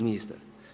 Niste.